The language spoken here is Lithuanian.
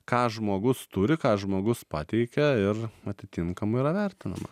ką žmogus turi ką žmogus pateikia ir atitinkamai yra vertinama